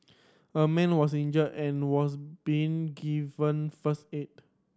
a man was injured and was being given first aid